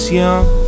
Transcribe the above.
young